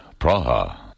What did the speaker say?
Praha